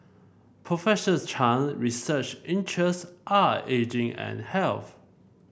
Professor Chan research interest are ageing and health